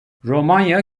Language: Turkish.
romanya